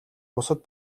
бусад